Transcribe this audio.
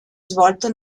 svolto